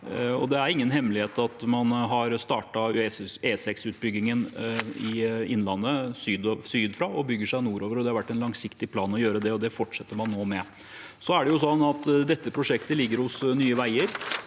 Det er ingen hemmelighet at man har startet E6-utbyggingen i Innlandet sørfra og bygger seg nordover. Det har vært en langsiktig plan å gjøre det, og det fortsetter man med nå. Dette prosjektet ligger hos Nye veier.